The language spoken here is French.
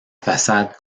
façade